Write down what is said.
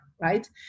right